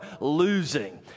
losing